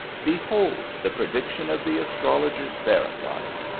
behold the prediction of the astrologers verified.